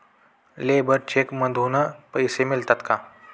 Labour cheque मधून पैसे मिळतात का?